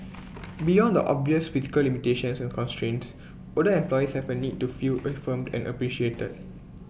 beyond the obvious physical limitations and constraints older employees have A need to feel affirmed and appreciated